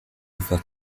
refer